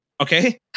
Okay